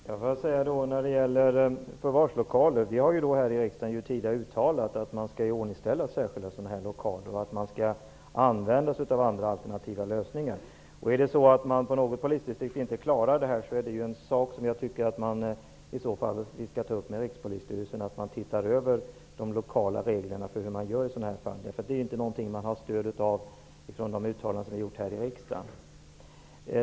Herr talman! Får jag när det gäller förvarslokaler säga att vi här i riksdagen tidigare har uttalat att särskilda lokaler skall iordningställas och att alternativa lösningar skall användas. Om något polisdistrikt inte klarar det, skall vi ta upp det med Rikspolisstyrelsen och be att man ser över de lokala reglerna för vad som skall göras i sådana här fall. Det här är inte någonting som de uttalanden vi har gjort här i riksdagen ger stöd för.